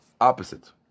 opposite